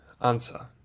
answer